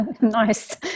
nice